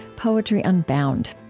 poetry unbound.